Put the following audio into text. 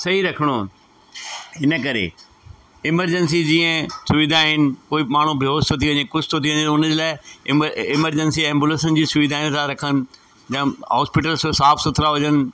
सही रखिणो इन करे एमरजंसी जीअं सुविधा आहिनि कोई माण्हू बेहोश थो थी वञे कुझु थो थी वञे हुन जे लाइ इ इमरजंसी एबुलेंस जी सुविधाऊं था रखनि जा हॉस्पीटल्स साफ़ु सुथिरा हुजनि